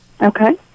Okay